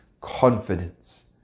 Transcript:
confidence